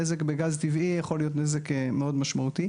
הנזק בגז טבעי יכול להיות נזק מאוד משמעותי.